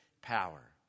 power